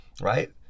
right